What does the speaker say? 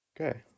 Okay